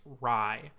Rye